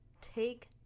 Take